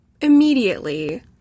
immediately